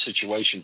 situation